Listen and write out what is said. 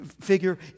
figure